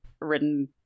written